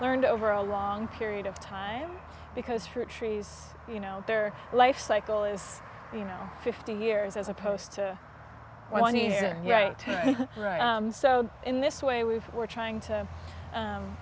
learned over a long period of time because fruit trees you know their life cycle is you know fifty years as opposed to when you're right so in this way we were trying to